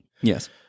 yes